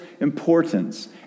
importance